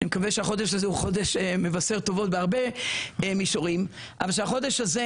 הזה הוא חודש מבשר טובות בהרבה מישורים; שהחודש הזה